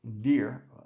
deer